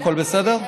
הכול בסדר?